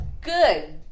good